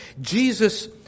Jesus